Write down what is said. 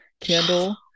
candle